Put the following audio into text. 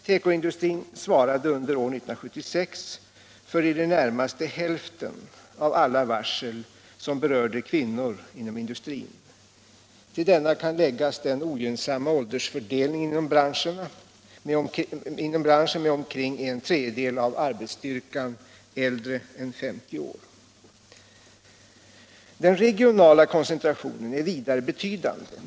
Tekoindustrin svarade under år 1976 för i det närmaste hälften av alla varsel som berörde kvinnor inom industrin. Härtill kan läggas den ogynnsamma åldersfördelningen inom branschen med omkring en tredjedel av arbetsstyrkan äldre än 50 år. Den regionala koncentrationen är vidare betydande.